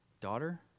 Daughter